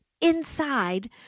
inside